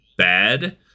bad